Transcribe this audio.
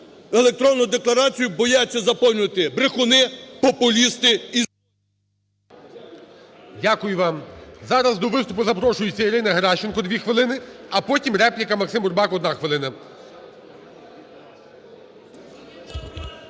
Електронну декларацію бояться заповнювати брехуни, популісти